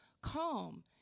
calm